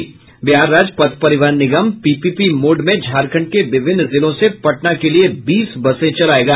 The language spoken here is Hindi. बिहार राज्य पथ परिवहन निगम पीपीपी मोड में झारखंड के विभिन्न जिलों से पटना के लिए बीस बसें चलायेगा